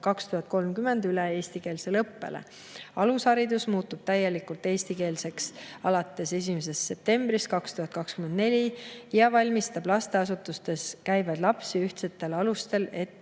2030 üle eestikeelsele õppele. Alusharidus muutub täielikult eestikeelseks alates 1. septembrist 2024 ja valmistab lasteasutustes käivaid lapsi ühtsetel alustel ette